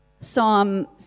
Psalm